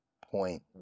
point